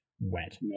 wet